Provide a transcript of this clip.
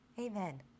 Amen